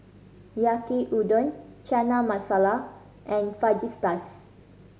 Yaki Udon Chana Masala and Fajitas